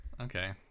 okay